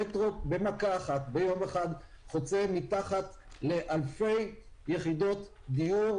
המטרו במכה אחת ביום אחד חוצה מתחת לאלפי יחידות דיור,